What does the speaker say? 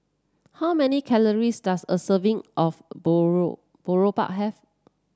how many calories does a serving of Boribap have